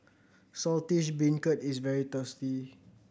Saltish Beancurd is very tasty